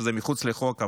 שזה מחוץ לחוק,